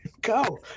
go